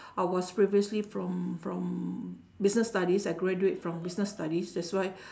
I was previously from from business studies I graduate from business studies that's why